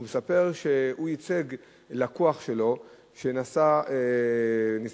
והוא סיפר שהוא ייצג לקוח שלו שנסע אחורה,